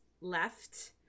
left